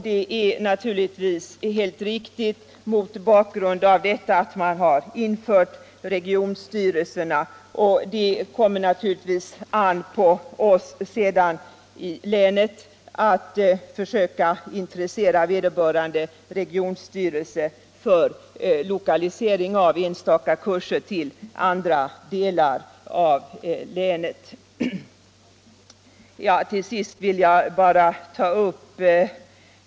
Det är naturligtvis riktigt mot bakgrund av att regionstyrelser skall införas. Det kommer givetvis sedan an på oss i länet att försöka intressera vederbörande regionstyrelse för lokalisering av enstaka kurser till olika delar av länet.